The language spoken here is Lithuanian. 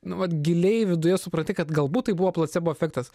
nu vat giliai viduje supranti kad galbūt tai buvo placebo efektas